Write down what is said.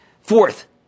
Fourth